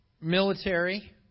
military